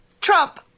Trump